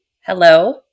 Hello